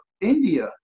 India